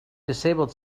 disabled